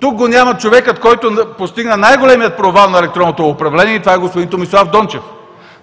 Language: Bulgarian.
Тук го няма човекът, който постигна най-големия провал на електронно управление – това е господин Томислав Дончев.